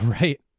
right